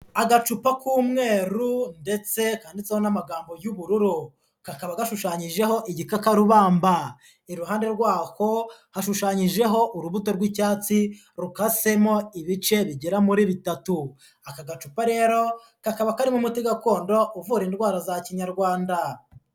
Agacupa k'umweru ndetse kanditseho n'amagambo y'ubururu, kakaba gashushanyijeho igikakarubamba, iruhande rwako hashushanyijeho urubuto rw'icyatsi, rukashemo ibice bigera muri bitatu, aka gacupa rero kakaba karimo amati gakondo uvura indwara za kinyarwanda.